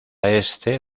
este